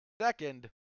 Second